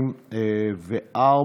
124,